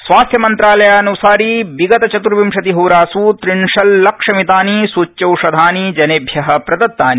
स्वास्थ्यमंत्रालयान्सारि विगत चत्र्विशति होरास् त्रिंशल्लक्षमितानि सूच्यौषधानि जनेभ्य प्रदत्तानि